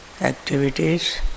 activities